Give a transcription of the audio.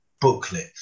booklet